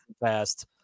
fast